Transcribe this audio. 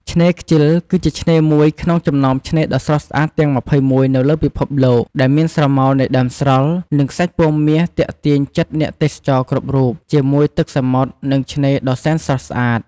ឆ្នេរខ្ជិល គឺជាឆ្នេរមួយក្នុងចំណោមឆ្នេរដ៏ស្រស់ស្អាតទាំង២១នៅលើពិភពលោក ដែលមានស្រមោលនៃដើមស្រល់ និងខ្សាច់ពណ៌មាសទាក់ទាញចិត្តអ្នកទេសចរគ្រប់រូប ជាមួយទឹកសមុទ្រនិងឆ្នេរដ៏សែនស្រស់ស្អាត។